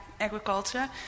agriculture